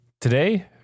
Today